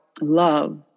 love